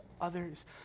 others